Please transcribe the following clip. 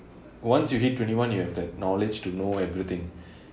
once you hit twenty one you have the knowledge to know everything